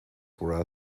for